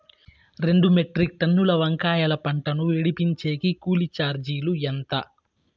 రెండు మెట్రిక్ టన్నుల వంకాయల పంట ను విడిపించేకి కూలీ చార్జీలు ఎంత?